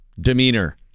demeanor